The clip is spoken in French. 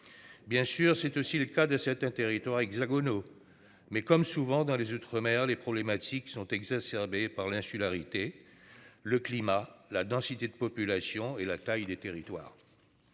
Bien sûr, c'est aussi le cas de certains territoires hexagonaux. Mais comme souvent dans les outre-mer les problématiques sont exacerbé par l'insularité. Le climat, la densité de population et la taille des territoires.